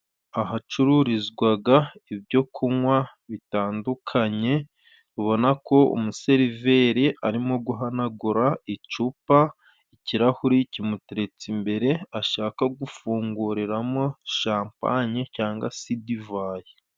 Ahacururizwaga ibyo kunywa bitandukanye, ubona ko umuseriveri arimo guhanagura icupa, ikirahuri kimuteretse imbere ashaka gufunguriramo shampanye cyangwa si divayi.